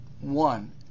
One